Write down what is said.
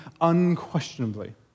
unquestionably